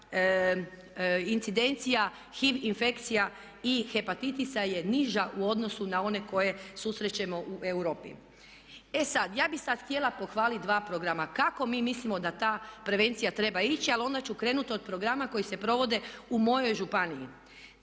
incidencija HIV infekcija i hepatitisa je niža u odnosu na one koje susrećemo u Europi. E sad, ja bih sad htjela pohvalit dva programa. Kako mi mislimo da ta prevencija treba ići, a onda ću krenut od programa koji se provode u mojoj županiji.